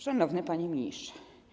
Szanowny Panie Ministrze!